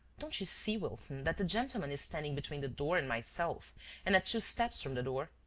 don't you see, wilson, that the gentleman is standing between the door and myself and at two steps from the door.